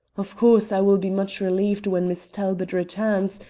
of course i will be much relieved when miss talbot returns,